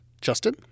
Justin